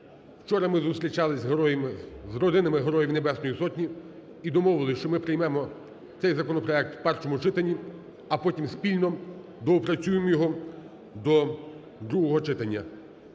Вчора ми зустрічалися з родинами Героїв Небесної Сотні і домовились, що ми приймемо цей законопроект у першому читанні, а потім спільно доопрацюємо його до другого читання.